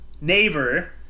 neighbor